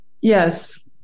Yes